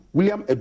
William